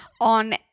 on